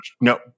no